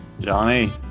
Johnny